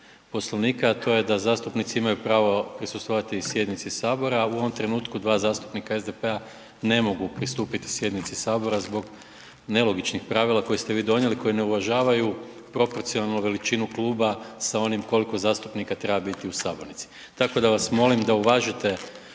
Poslovnik, a to je da zastupnici imaju pravo prisustvovati i sjednici sabora. U ovom trenutku 2 zastupnika SDP-a ne mogu pristupiti sjednici sabora zbog nelogičnih pravila koje ste vi donijeli koji ne uvažavaju proporcionalnu veličinu kluba sa onim koliko zastupnika treba biti u sabornici. Tako da vas molim da uvažite